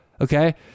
okay